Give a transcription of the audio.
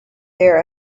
there